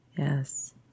Yes